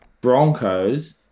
Broncos